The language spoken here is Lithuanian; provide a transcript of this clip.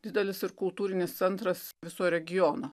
didelis ir kultūrinis centras viso regiono